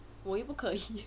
我又不可以